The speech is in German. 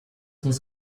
muss